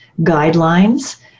guidelines